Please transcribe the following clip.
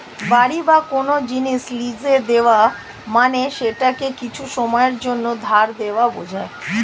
বাড়ি বা কোন জিনিস লীজে দেওয়া মানে সেটাকে কিছু সময়ের জন্যে ধার দেওয়া বোঝায়